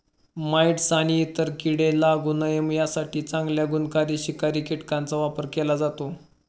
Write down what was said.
mites आणि इतर कीडे लागू नये यासाठी चांगल्या गुणकारी शिकारी कीटकांचा वापर केला जातो